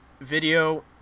video